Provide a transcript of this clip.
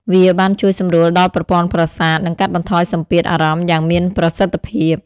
វាបានជួយសម្រួលដល់ប្រព័ន្ធប្រសាទ និងកាត់បន្ថយសម្ពាធអារម្មណ៍យ៉ាងមានប្រសិទ្ធភាព។